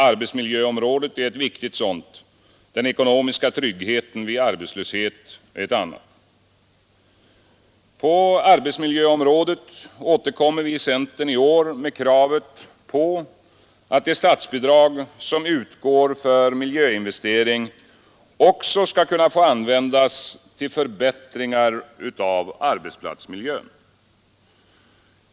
Arbetsmiljöområdet är ett viktigt sådant — den ekonomiska tryggheten vid arbetslöshet ett annat. På arbetsmiljöområdet återkommer centern i år med kravet på att de statsbidrag som utgår för miljöinvesteringar också skall kunna få användas till förbättringar av arbetsplatsmiljön.